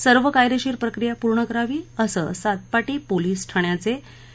सर्व कायदेशीर प्रक्रिया पूर्ण करावी असं सातपाटी पोलीस ठाण्याचे सहा